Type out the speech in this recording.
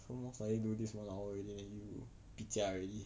most likely do this one hour already then you pitjia already